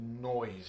noise